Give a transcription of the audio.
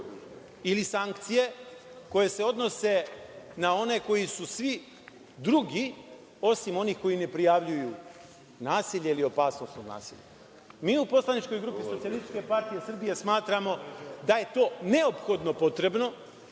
ili sankcije koje se odnose na one koji su svi drugi osim onih koji ne prijavljuju nasilje ili opasnost od nasilja. Mi u poslaničkoj grupi Socijalističke partije Srbije smatramo da je to neophodno potrebno